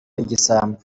igisambo